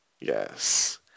Yes